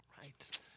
Right